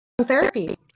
Therapy